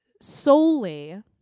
solely